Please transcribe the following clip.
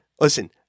listen